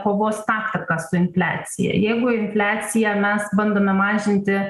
kovos taktika su infliacija jeigu infliaciją mes bandome mažinti